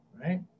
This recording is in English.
Right